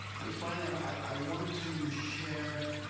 and finally, i want to share